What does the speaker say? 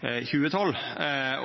2012